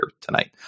tonight